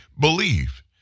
believe